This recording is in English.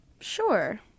sure